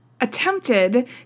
attempted